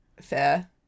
fair